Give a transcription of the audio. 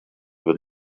wird